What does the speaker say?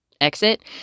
exit